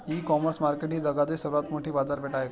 इ commerce market ही जगातील सर्वात मोठी बाजारपेठ आहे का?